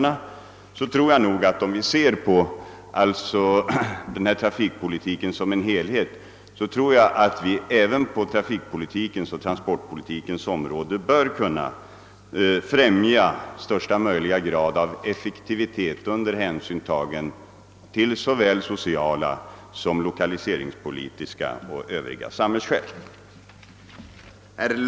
Om vi ser på transporternas betydelse för utvecklingen i dess helhet bör vi även på detta område främja största möjliga grad av effektivitet med hänsyn tagen till såväl sociala som lokaliseringspolitiska och övriga samhälleliga skäl.